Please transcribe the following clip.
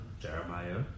Jeremiah